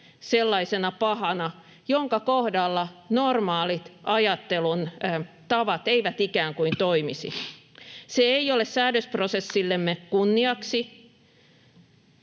sellaisena pahana, jonka kohdalla normaalit ajattelun tavat eivät ikään kuin toimisi. Se ei ole säädösprosessillemme kunniaksi,